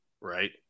right